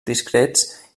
discrets